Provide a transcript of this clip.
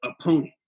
opponent